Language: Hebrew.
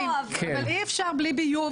אבל אי אפשר בלי ביוב,